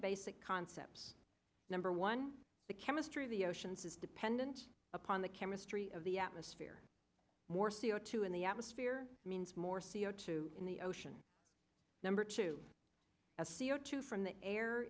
basic concepts number one the chemistry of the oceans is dependent upon the chemistry of the atmosphere more c o two in the atmosphere means more c o two in the ocean number two a c o two from the air